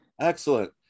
Excellent